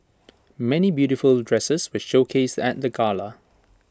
many beautiful dresses were showcased at the gala